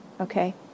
okay